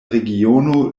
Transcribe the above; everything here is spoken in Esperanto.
regiono